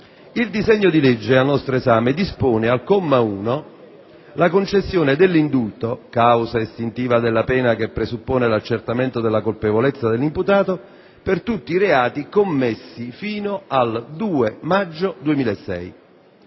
Il disegno di legge al nostro esame dispone, al comma 1, la concessione dell'indulto, causa estintiva della pena che presuppone l'accertamento della colpevolezza dell'imputato, per tutti i reati commessi fino al 2 maggio 2006.